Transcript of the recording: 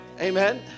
Amen